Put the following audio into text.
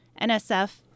NSF